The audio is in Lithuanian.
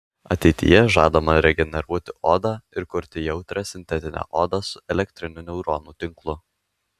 ateityje žadama regeneruoti odą ir kurti jautrią sintetinę odą su elektriniu neuronų tinklu